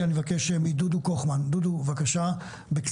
דודו קוכמן, בבקשה.